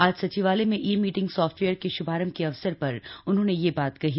आज सचिवालय में ई मीटिंग सॉफ्टवेयर के श्भारम्भ के अवसर पर उन्होंने यह बात कही